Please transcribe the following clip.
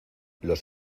los